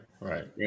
right